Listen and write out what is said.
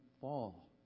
fall